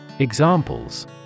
Examples